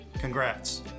Congrats